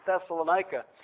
Thessalonica